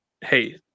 hey